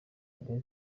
boyz